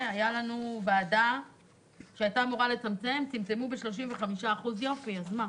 הורו לצמצם וצמצמו ב-35%, אז מה?